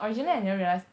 okay